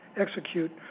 execute